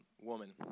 woman